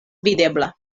videbla